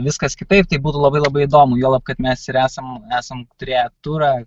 viskas kitaip tai būtų labai labai įdomu juolab kad mes ir esam esam turėję turą